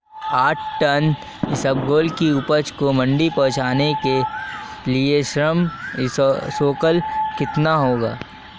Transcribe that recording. आठ टन इसबगोल की उपज को मंडी पहुंचाने के लिए श्रम शुल्क कितना होगा?